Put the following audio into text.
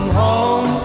home